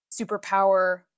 superpower